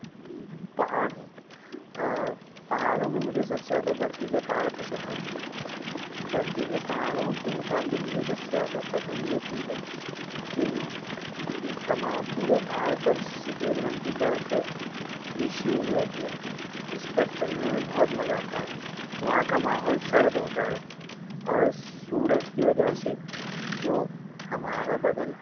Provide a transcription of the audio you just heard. پہاڑ ہیں پہاڑوں میں مجھے سب سے زیادہ برفیلے پہاڑ پسند ہیں برفیلے پہاڑوں کے متعلق مجھے سب سے زیادہ پسند یہ چیز ہے کہ وہ تمام پورے پہاڑ پر سفید رنگ کی برف بچھی ہوئی ہوتی ہے جس پر چلنے میں بہت مزہ آتا ہے وہاں کا ماحول سرد ہوتا ہے اور سورج کی وجہ سے جو ہمارا بدن